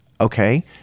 Okay